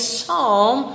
Psalm